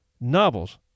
novels